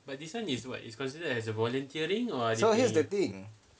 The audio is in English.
so here's the thing